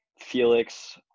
Felix